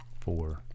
four